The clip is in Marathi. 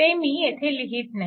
ते मी येथे लिहीत नाही